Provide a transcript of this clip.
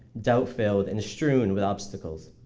doubt-filled and strewn with obstacles.